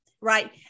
Right